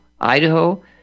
Idaho